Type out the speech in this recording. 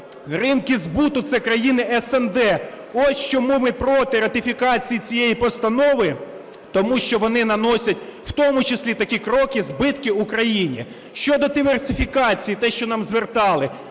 Ринки збуту – це країни СНД. Ось чому ми проти ратифікації цієї постанови – тому що вони наносять, в тому числі, такі кроки, збитки Україні. Щодо диверсифікації, те, що нам звертали.